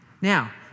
Now